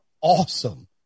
awesome